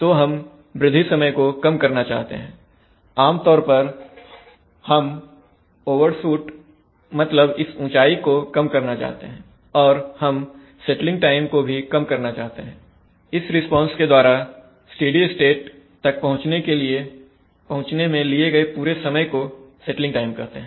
तो हम वृद्धि समय को कम करना चाहते हैं आमतौर पर हम ओवरशूट मतलब इस ऊंचाई को कम करना चाहते हैं और हम सेटलिंग टाइम को भी कम करना चाहते हैं इस रिस्पांस के द्वारा स्टेडी स्टेट तक पहुंचने में लिए गए पूरे समय को सेटलिंग टाइम कहते हैं